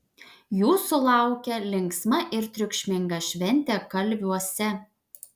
jūsų laukia linksma ir triukšminga šventė kalviuose